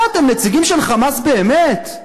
מה, אתם נציגים של "חמאס" באמת?